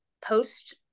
post